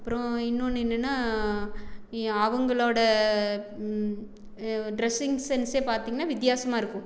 அப்புறம் இன்னொன்று என்னென்னா அவங்களோட ட்ரெஸ்ஸிங் சென்ஸே பார்த்திங்கனா வித்தியாசமாக இருக்கும்